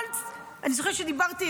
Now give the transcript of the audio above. אני זוכרת שדיברתי,